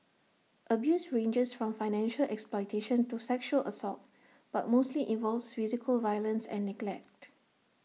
abuse ranges from financial exploitation to sexual assault but mostly involves physical violence and neglect